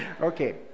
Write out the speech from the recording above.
Okay